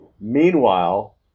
Meanwhile